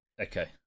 okay